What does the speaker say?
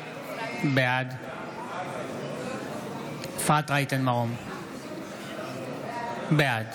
בעד אפרת רייטן, בעד